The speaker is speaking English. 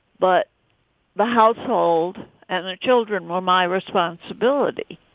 but the household and their children were my responsibility.